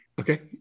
Okay